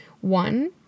one